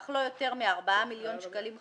אך לא יותר מ-4 מיליון שקלים חדשים,